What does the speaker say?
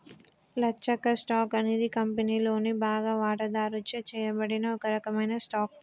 లచ్చక్క, stock అనేది కంపెనీలోని బాగా వాటాదారుచే చేయబడిన ఒక రకమైన స్టాక్